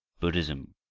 buddhism,